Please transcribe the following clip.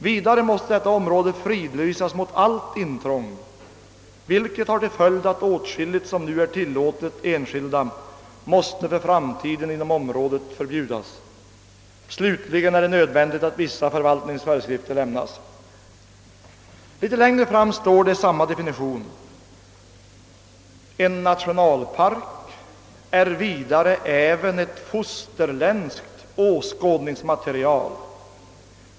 Vidare måste detta område fridlysas mot allt intrång, hvilket har till följd, att åtskilligt, som nu är tillåtet enskilda, måste för framtiden inom området förbjudas. Slutligen är det nödvändigt att vissa förvaltningsföreskrifter lämnas.» Litet längre fram i samma definition heter det: »En nationalpark är vidare äfven ett fosterländskt åskådningsmaterial.